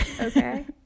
Okay